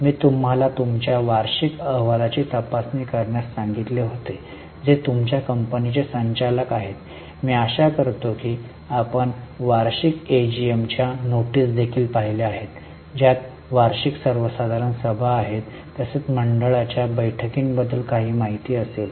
मी तुम्हाला तुमच्या वार्षिक अहवालाची तपासणी करण्यास सांगितले होते जे तुमच्या कंपनीचे संचालक आहेत मी आशा करतो की आपण वार्षिक एजीएमच्या नोटीस देखील पाहिल्या आहेत ज्यात वार्षिक सर्वसाधारण सभा आहे तसेच मंडळाच्या बैठकींबद्दल काही माहिती मिळेल